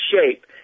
shape